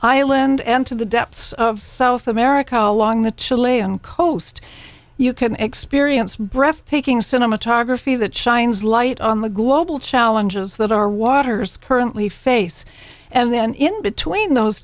island and to the depths of south america along the chilean coast you can experience a breathtaking cinematography that shines light on the global challenges that our waters currently face and then in between those